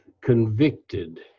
convicted